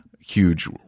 huge